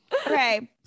Okay